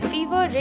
Fever